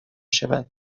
شوند